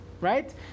right